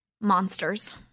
monsters